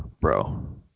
bro